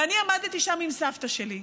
ואני עמדתי שם עם סבתא שלי,